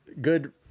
Good